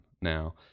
now